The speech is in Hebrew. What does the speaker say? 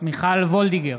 מיכל וולדיגר,